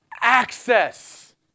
access